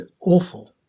awful